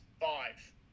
five